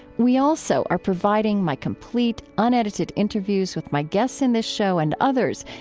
we also are providing my complete, unedited interviews with my guests in this show and others,